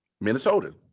Minnesota